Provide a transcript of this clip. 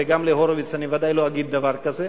וגם להורוביץ אני ודאי לא אגיד דבר כזה.